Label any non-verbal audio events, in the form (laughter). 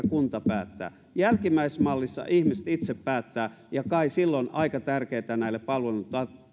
(unintelligible) kunta päättää jälkimmäisessä mallissa ihmiset itse päättävät ja kai silloin aika tärkeätä näille palvelun